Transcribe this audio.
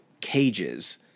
cages